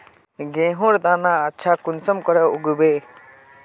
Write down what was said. गेहूँर दाना अच्छा कुंसम के उगबे?